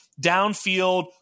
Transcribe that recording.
downfield